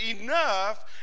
enough